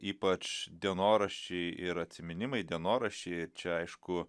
ypač dienoraščiai ir atsiminimai dienoraščiai čia aišku